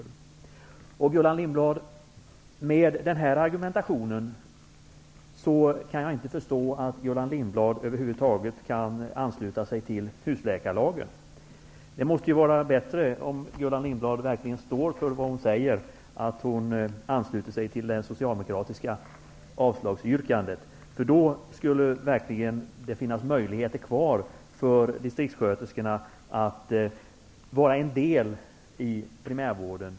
Jag förstår inte att Gullan Lindblad med den här argumentationen över huvud taget kan ansluta sig till systemet med husläkare. Det måste vara bättre om Gullan Lindblad verkligen stod för vad hon säger, nämligen att hon ansluter sig till det socialdemokratiska avslagsyrkandet. Då skulle distriktssköterskorna få en möjlighet att vara en del i primärvården.